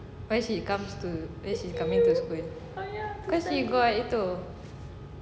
why she comes to why she is coming to school cause she got itu